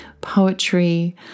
poetry